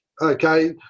okay